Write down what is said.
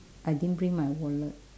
I didn't bring my wallet